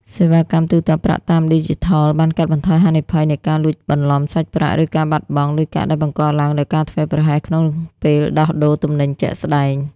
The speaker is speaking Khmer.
សេវាកម្មទូទាត់ប្រាក់តាមឌីជីថលបានកាត់បន្ថយហានិភ័យនៃការលួចបន្លំសាច់ប្រាក់ ឬការបាត់បង់លុយកាក់ដែលបង្កឡើងដោយការធ្វេសប្រហែសក្នុងពេលដោះដូរទំនិញជាក់ស្ដែង។